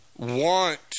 want